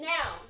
Now